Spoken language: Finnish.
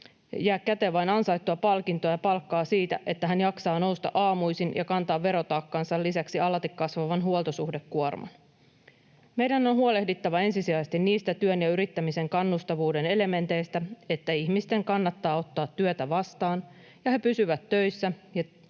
jää käteen ansaittua palkintoa ja palkkaa siitä, että hän jaksaa nousta aamuisin ja kantaa verotaakkansa lisäksi alati kasvavan huoltosuhdekuorman. Meidän on huolehdittava ensisijaisesti niistä työn ja yrittämisen kannustavuuden elementeistä, että ihmisten kannattaa ottaa työtä vastaan ja he pysyvät töissä ja